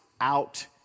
out